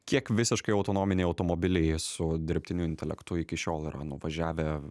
kiek visiškai autonominiai automobiliai su dirbtiniu intelektu iki šiol yra nuvažiavę